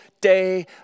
day